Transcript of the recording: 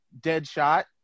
Deadshot